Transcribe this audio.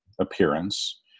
appearance